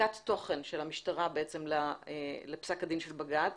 ויציקת תוכן של המשטרה לפסק הדין של בג"ץ